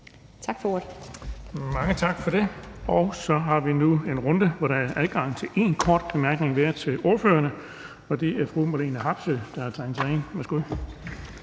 Bonnesen): Mange tak for det. Nu har vi så en runde, hvor der er adgang til én kort bemærkning til hver af ordførerne. Og det er fru Marlene Harpsøe, der har tegnet sig ind først.